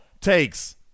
Takes